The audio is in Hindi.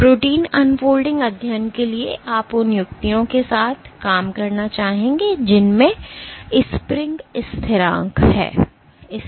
तो प्रोटीन अनफोल्डिंग अध्ययन के लिए आप उन युक्तियों के साथ काम करना चाहेंगे जिनमें स्प्रिंग स्थिरांक हैं